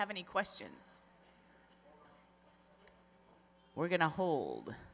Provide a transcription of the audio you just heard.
have any questions we're going to hold